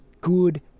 good